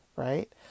Right